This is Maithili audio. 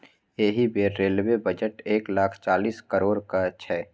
एहि बेर रेलबे बजट एक लाख चालीस करोड़क छै